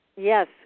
Yes